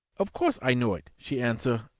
of course i know it, she answer,